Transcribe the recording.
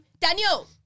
Daniel